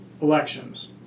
elections